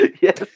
yes